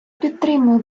підтримую